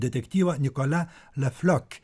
detektyvą nikolia le fliok